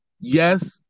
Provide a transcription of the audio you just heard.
yes